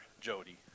jody